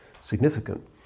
significant